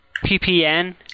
ppn